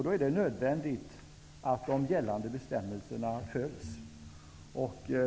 Då är det nödvändigt att gällande bestämmelser följs.